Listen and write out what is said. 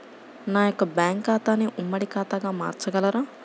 నా యొక్క బ్యాంకు ఖాతాని ఉమ్మడి ఖాతాగా మార్చగలరా?